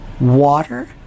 Water